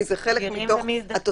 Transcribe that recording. כי זה חלק מתוך התוספת,